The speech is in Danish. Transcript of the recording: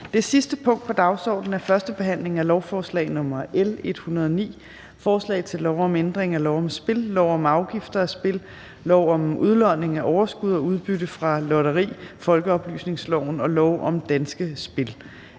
Det sidste punkt på dagsordenen er: 12) 1. behandling af lovforslag nr. L 109: Forslag til lov om ændring af lov om spil, lov om afgifter af spil, lov om udlodning af overskud og udbytte fra lotteri, folkeoplysningsloven og lov om Danske Spil